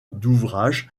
d’ouvrage